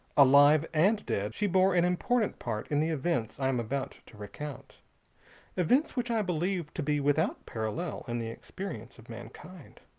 alive and dead she bore an important part in the events i am about to recount events which i believe to be without parallel in the experience of mankind.